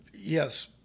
yes